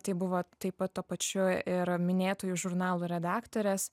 tai buvo taip pat tuo pačiu ir minėtųjų žurnalų redaktorės